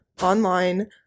online